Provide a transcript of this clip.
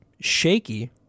Shaky